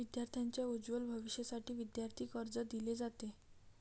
विद्यार्थांच्या उज्ज्वल भविष्यासाठी विद्यार्थी कर्ज दिले जाते